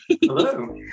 Hello